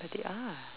but they are